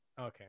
okay